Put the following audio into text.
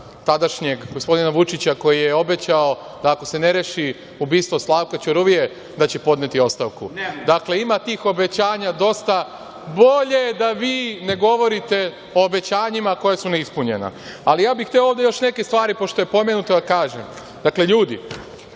tadašnjeg, gospodina Vučića, koji je obećao da ako se ne reši ubistvo Slavka Ćuruvije da će podneti ostavku. Dakle, ima tih obećanja dosta. Bolje da vi ne govorite o obećanjima koja su ne ispunjena. Ja bih hteo ovde još neke stvari, pošto je pomenuto, da kažem. Ljudi,